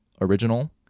original